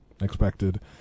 expected